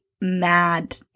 mad